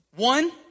One